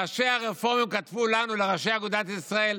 ראשי הרפורמים כתבו לנו, לראשי אגודת ישראל: